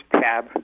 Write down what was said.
tab